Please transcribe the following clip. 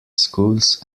schools